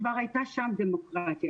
כבר הייתה שם דמוקרטיה,